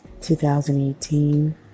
2018